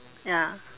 ya